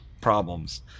problems